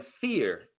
fear